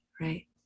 Right